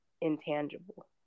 intangible